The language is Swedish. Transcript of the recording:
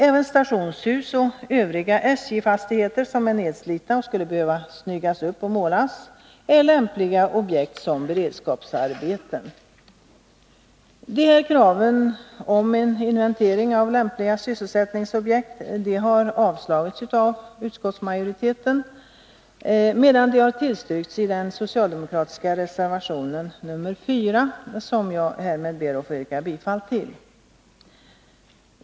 Även stationshus och övriga SJ-fastigheter som är nedslitna och som skulle behövas snyggas upp och målas är lämpliga objekt när det gäller beredskapsarbeten. De här kraven på en inventering av lämpliga sysselsättningsobjekt har avvisats av utskottsmajoriteten, medan de har tillstyrkts i den socialdemokratiska reservationen nr 4, som jag härmed ber att få yrka bifall till.